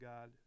God